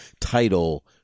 title